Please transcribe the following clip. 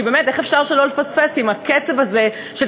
כי באמת איך אפשר שלא לפספס עם הקצב הזה של